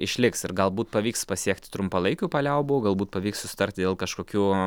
išliks ir galbūt pavyks pasiekti trumpalaikių paliaubų galbūt pavyks susitarti dėl kažkokių